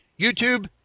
YouTube